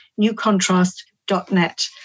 newcontrast.net